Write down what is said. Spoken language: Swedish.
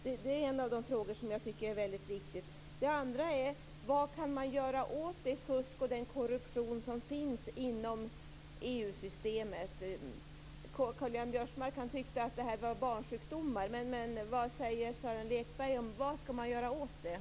Det är en av de frågor som jag tycker är väldigt viktiga. Den andra frågan gäller vad man kan göra åt det fusk och den korruption som finns inom EU